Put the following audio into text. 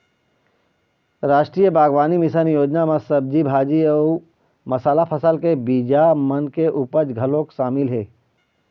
रास्टीय बागबानी मिसन योजना म सब्जी भाजी अउ मसाला फसल के बीजा मन के उपज घलोक सामिल हे